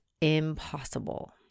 impossible